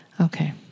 Okay